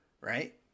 right